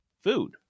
food